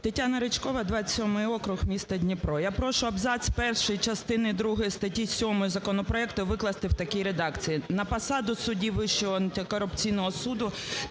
ТетянаРичкова, 27-й округ, місто Дніпро. Я прошу абзац перший частини другої статті 7 законопроекту викласти в такій редакції: "На посаду судді Вищого антикорупційного суду